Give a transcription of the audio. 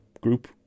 group